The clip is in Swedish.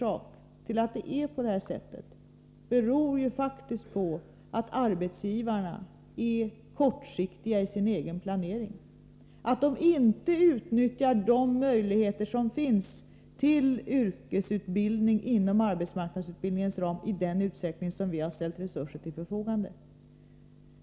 Att det är på det här sättet beror faktiskt på att arbetsgivarna gör kortsiktiga planeringar, att de inte utnyttjar de möjligheter som finns till yrkesutbildning inom arbetsmarknadsutbildningens ram i den utsträckning som vi har ställt resurser till förfogande.